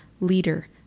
leader